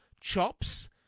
chops